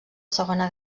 segona